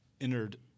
entered